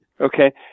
Okay